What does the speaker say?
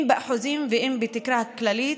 אם באחוזים ואם בתקרה הכללית.